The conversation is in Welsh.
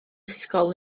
ysgol